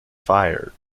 fire